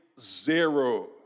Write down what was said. zero